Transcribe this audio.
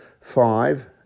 five